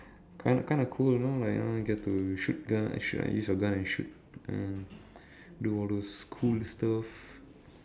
kind kind of cool you know like uh you get to shoot gun shoot and use your gun and shoot and do all those cool stuff